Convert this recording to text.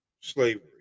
slavery